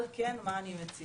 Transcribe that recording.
על כן, מה אני מציעה?